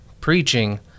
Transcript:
preaching